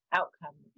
outcome